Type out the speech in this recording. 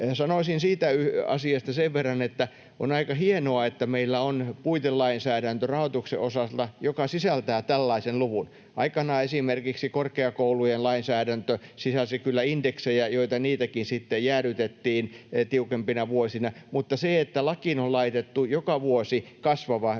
Sanoisin siitä asiasta sen verran, että on aika hienoa, että meillä on puitelainsäädäntö rahoituksen osalta, joka sisältää tällaisen luvun. Aikanaan esimerkiksi korkeakoulujen lainsäädäntö sisälsi kyllä indeksejä, joita niitäkin sitten jäädytettiin tiukempina vuosina. Mutta tähän lakiin on laitettu joka vuosi kasvava yksi